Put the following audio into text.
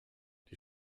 die